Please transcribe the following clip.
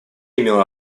имела